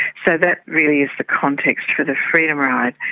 so that really is the context for the freedom ride.